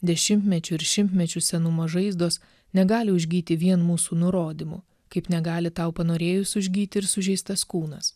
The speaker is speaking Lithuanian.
dešimtmečių ir šimtmečių senumo žaizdos negali užgyti vien mūsų nurodymu kaip negali tau panorėjus užgyti ir sužeistas kūnas